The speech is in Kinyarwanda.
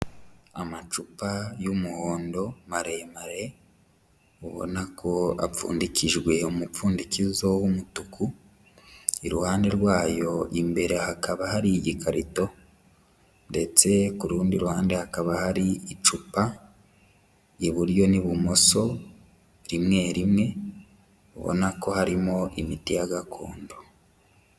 Amacupa y'umuhondo maremare ubona ko apfundikijwe umupfundikizo w'umutuku, iruhande rwayo imbere hakaba hari igikarito ndetse ku rundi ruhande hakaba hari icupa, iburyo n'ibumoso rimwe rimwe, ubona ko harimo imiti ya gakondo.